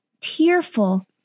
tearful